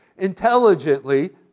intelligently